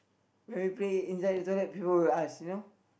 when we play inside the toilet people will ask you know